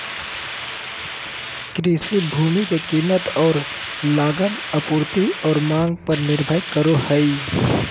कृषि भूमि के कीमत और लगान आपूर्ति और मांग पर निर्भर करो हइ